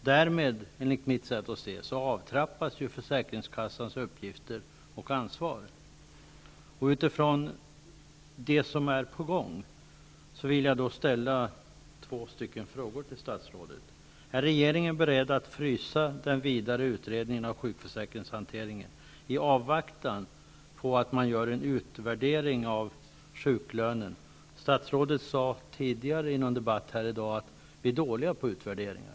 Därmed avtrappas, enligt mitt sätt att se, försäkringskassans uppgifter och ansvar. Utifrån det som är på gång vill jag ställa några frågor till statsrådet. Är regeringen beredd att frysa den vidare utredningen av sjukförsäkringshanteringen i avvaktan på att en utvärdering av sjuklönen görs? Statsrådet sade tidigare i dag i en debatt här att vi är dåliga på utvärderingar.